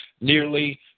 nearly